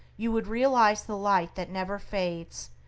you would realize the light that never fades,